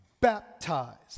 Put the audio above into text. baptized